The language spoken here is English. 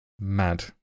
Mad